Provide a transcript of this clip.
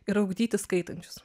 yra ugdyti skaitančius